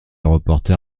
reporter